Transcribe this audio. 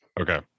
Okay